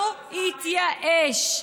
הוא התייאש.